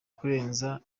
kurenza